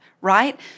right